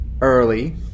early